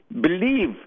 Believe